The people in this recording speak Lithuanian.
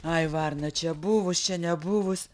ai varna čia buvus čia nebuvus